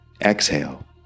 exhale